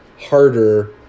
harder